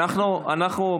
תמר זנדברג,